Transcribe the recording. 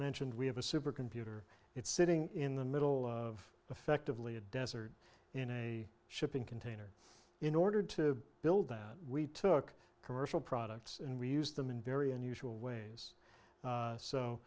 mentioned we have a supercomputer it's sitting in the middle of effectively a desert in a shipping container in order to build that we took commercial products and we use them in very unusual ways